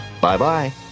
bye-bye